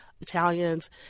Italians